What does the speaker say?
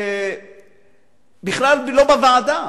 בכלל לא בוועדה,